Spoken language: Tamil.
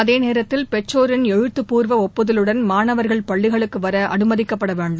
அதேநேரத்தில் பெற்றோரின் எழுத்துப்பூர்வ ஒப்புதலுடன் மாணவர்கள் பள்ளிகளுக்கு வர அனுமதிக்கப்பட வேண்டும்